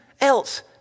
else